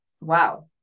wow